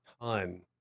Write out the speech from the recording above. ton